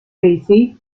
basie